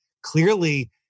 Clearly